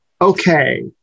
okay